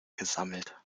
gesammelt